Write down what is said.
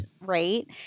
right